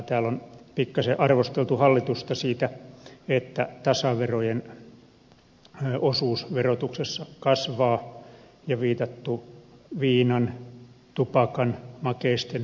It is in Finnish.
täällä on pikkaisen arvosteltu hallitusta siitä että tasaverojen osuus verotuksessa kasvaa ja viitattu viinan tupakan makeisten verottamiseen